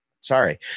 sorry